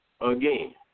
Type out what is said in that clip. Again